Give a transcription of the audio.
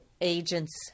agents